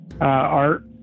Art